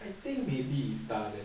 I think maybe iftal leh